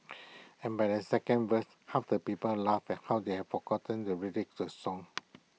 and by the second verse half the people laughed at how they have forgotten the lyrics the song